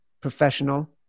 professional